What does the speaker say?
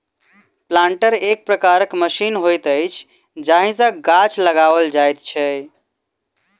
planter एक प्रकारक machine होइत अछि जाहि सॅ गाछ लगाओल जाइत छै